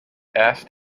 asked